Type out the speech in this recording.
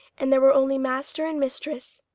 and there were only master and mistress,